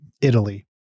Italy